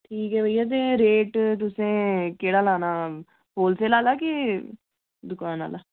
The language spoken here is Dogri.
ठीक ऐ भइया भी रेट तुसें केह्ड़ा लाना होलसेल आह्ला कि दुकान आह्ला